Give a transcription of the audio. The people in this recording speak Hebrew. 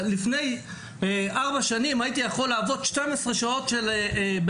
לפני ארבע שנים הייתי יכול לעבוד 12 שעות בעבודה.